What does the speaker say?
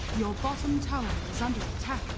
your top and ten some ten